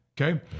Okay